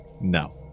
No